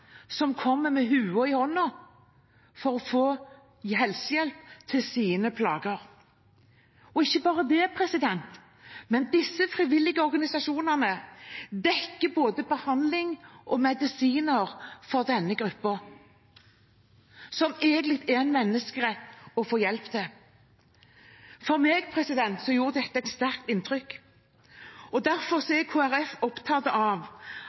som kommer med lua i hånda for å få helsehjelp til sine plager. Og ikke bare det: Disse frivillige organisasjonene dekker både behandling og medisiner for denne gruppen – slikt som egentlig er en menneskerett å få hjelp til. For meg gjorde dette et sterkt inntrykk. Derfor er Kristelig Folkeparti opptatt av